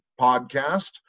podcast